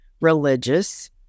religious